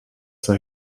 sei